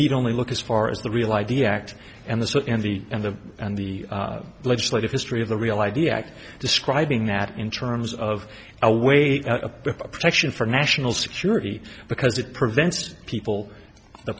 need only look as far as the real i d act and the so and the and the and the legislative history of the real i d act describing that in terms of a way of protection for national security because it prevents people the